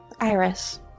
Iris